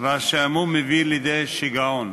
והשעמום מביא לידי שיגעון.